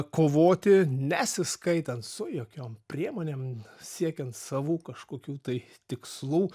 kovoti nesiskaitant su jokiom priemonėm siekiant savų kažkokių tai tikslų